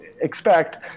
expect